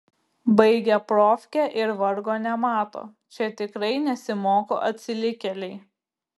baigia profkę ir vargo nemato čia tikrai nesimoko atsilikėliai